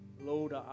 Lord